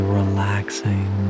relaxing